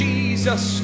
Jesus